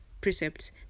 precept